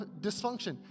dysfunction